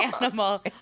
animal